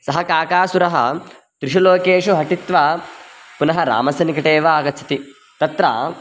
सः काकासुरः त्रिषु लोकेषु अटित्वा पुनः रामस्य निकटे एव आगच्छति तत्र